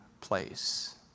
place